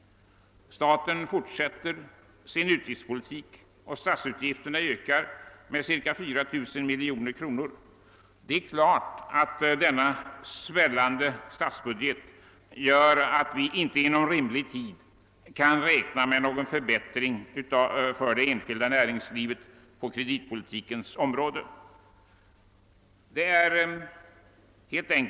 Staten fortsätter sin utgiftspolitik, och statsutgifterna ökar med ca 4000 miljoner kronor. Den svällande statsbudgeten gör naturligtvis att vi inte inom rimlig tid kan räkna med någon förbättring på kreditpolitikens område för det enskilda näringslivet.